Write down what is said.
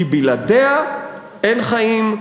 כי בלעדיה אין חיים,